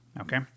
Okay